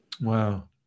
Wow